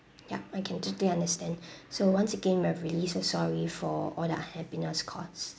ya I can totally understand so once again we are really so sorry for all the unhappiness caused